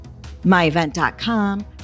MyEvent.com